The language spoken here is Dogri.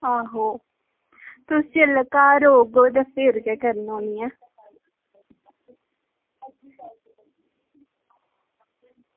आहो तुस जेल्लै घर आगेओ ते फिर गै करन आनी ऐ